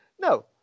No